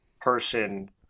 person